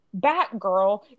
Batgirl